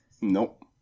nope